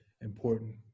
important